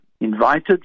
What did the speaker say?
invited